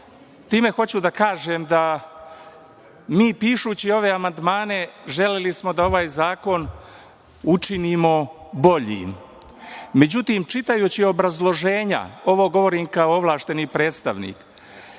7).Time hoću da kažem da smo mi pišući ove amandmane želeli da ovaj zakon učinimo bolji. Međutim, čitajući obrazloženja, ovo govorim kao ovlašćeni predstavnik,